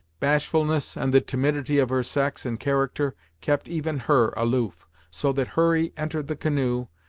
bashfulness, and the timidity of her sex and character, kept even her aloof, so that hurry entered the canoe,